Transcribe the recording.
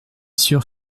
sûr